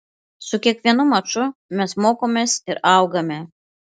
su kiekvienu maču mes mokomės ir augame